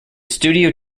studio